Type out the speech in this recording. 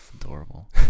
Adorable